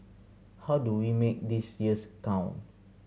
how do we make these years count